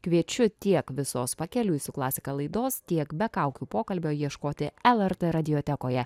kviečiu tiek visos pakeliui su klasika laidos tiek be kaukių pokalbio ieškoti lrt radiotekoje